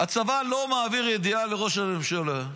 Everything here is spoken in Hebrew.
הצבא לא מעביר ידיעה לראש הממשלה.